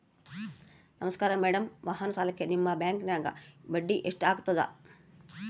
ನಮಸ್ಕಾರ ಮೇಡಂ ವಾಹನ ಸಾಲಕ್ಕೆ ನಿಮ್ಮ ಬ್ಯಾಂಕಿನ್ಯಾಗ ಬಡ್ಡಿ ಎಷ್ಟು ಆಗ್ತದ?